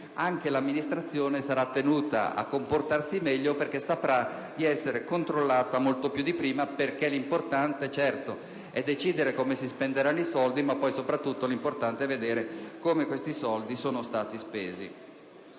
anche l'amministrazione sarà tenuta a comportarsi meglio, perché saprà di essere controllata molto più di prima, perché, certo, è importante decidere come si spenderanno i soldi, ma è soprattutto importante come questi soldi sono stati poi